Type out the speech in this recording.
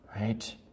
right